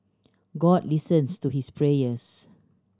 God listens to his prayers